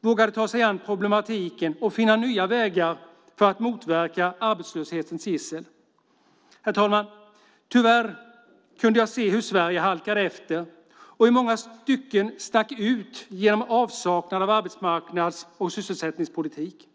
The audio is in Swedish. vågade ta sig an problematiken och finna nya vägar för att motverka arbetslöshetens gissel. Herr talman! Tyvärr kunde jag se hur Sverige halkade efter och i många stycken stack ut genom avsaknad av arbetsmarknads och sysselsättningspolitik.